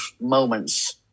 moments